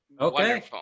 Okay